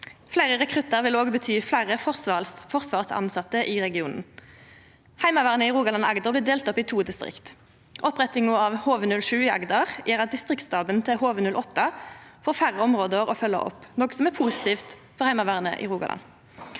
Fleire rekruttar vil òg bety fleire forsvarstilsette i regionen. Heimevernet i Rogaland og Agder blir delt opp i to distrikt. Opprettinga av HV-07 i Agder gjer at distriktsstaben til HV-08 får færre område å følgja opp, noko som er positivt for Heimevernet i Rogaland.